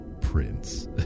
Prince